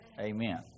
Amen